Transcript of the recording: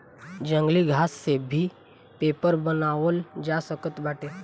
जंगली घासन से भी पेपर बनावल जा सकत बाटे